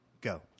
go